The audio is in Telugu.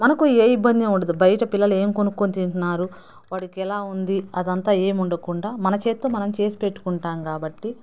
మనకు ఏ ఇబ్బంది ఉండదు బయట పిల్లలు ఏమి కొన్నుకొని తింటున్నారు వాడికి ఎలా ఉంది అదంతా ఏం ఉండకుండా మన చేత్తో మనం చేసి పెట్టుకుంటాం కాబట్టి